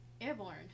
Airborne